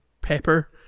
pepper